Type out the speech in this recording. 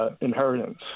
inheritance